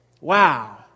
Wow